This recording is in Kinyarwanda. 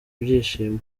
ibyishimo